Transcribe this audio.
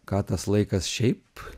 ką tas laikas šiaip